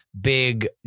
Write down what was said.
big